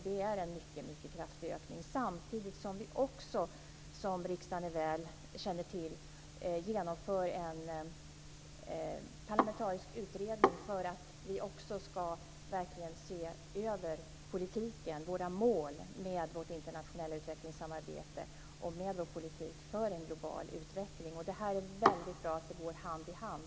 Det är en mycket kraftig ökning, samtidigt som vi också - som riksdagen väl känner till - genomför en parlamentarisk utredning för att se över våra mål med vårt internationella utvecklingssamarbete och vår politik för en global utveckling. Det är bra att detta går hand i hand.